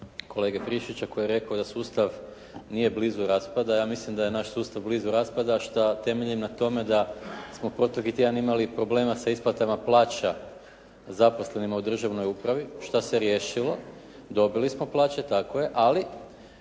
kolege Friščića koji je rekao da sustav nije blizu raspadaja. Ja mislim da je naš sustav bilu raspadaja šta temeljim na tome da smo protekli tjedan imali problema sa isplatama plaća zaposlenima u državnoj upravi, šta se riješilo, dobili smo plaće, tako je, ali